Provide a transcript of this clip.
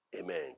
Amen